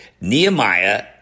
Nehemiah